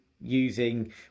using